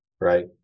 right